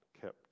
Kept